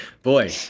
Boy